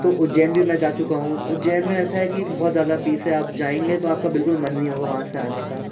तो उज्जैन भी मैं जा चुका हूँ उज्जैन में ऐसा है कि बहुत ज़्यादा पीस है आप जाएंगे तो आपका बिलकुल मन नहीं होगा वहाँ से आने का